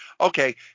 okay